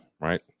right